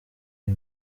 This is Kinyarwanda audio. iyi